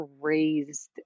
raised